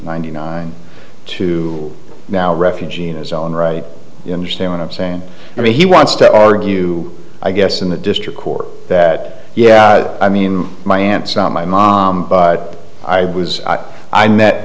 ninety nine to now refugee in his own right you understand what i'm saying and he wants to argue i guess in the district court that yeah i mean my aunt's not my mom but i was i met